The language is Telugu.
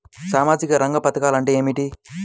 సామాజిక రంగ పధకాలు అంటే ఏమిటీ?